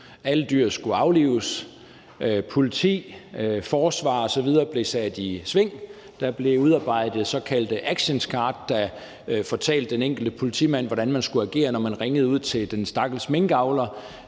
Alle dyr skulle aflives, politi og forsvar osv. blev sat i sving. Der blev udarbejdet såkaldte actioncards, der fortalte den enkelte politimand, hvordan man skulle agere, når man ringede ud til den stakkels minkavler,